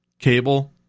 cable